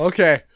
Okay